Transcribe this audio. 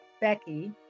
Becky